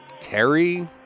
Terry